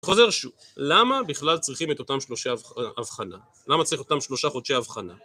חוזר שוב, למה בכלל צריכים את אותם שלושה הבחנה? למה צריכים אותם שלושה חודשי הבחנה?